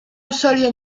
osorio